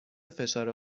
فشار